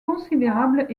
considérables